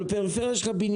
אבל בפריפריה יש לך בניינים.